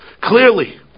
Clearly